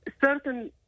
certain